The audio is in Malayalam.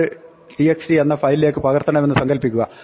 txt എന്ന ഒരു ഫയലിലേക്ക് പകർത്തണമെന്ന് സങ്കല്പിക്കുക